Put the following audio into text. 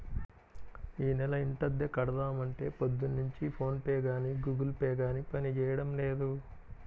యీ నెల ఇంటద్దె కడదాం అంటే పొద్దున్నుంచి ఫోన్ పే గానీ గుగుల్ పే గానీ పనిజేయడం లేదు